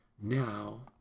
Now